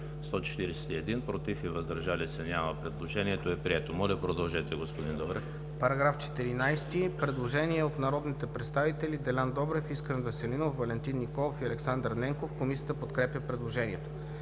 141, против и въздържали се няма. Предложението е прието. ДОКЛАДЧИК ДЕЛЯН ДОБРЕВ: По § 14 има предложение от народните представители Делян Добрев, Искрен Веселинов, Валентин Николов и Александър Ненков. Комисията подкрепя предложението.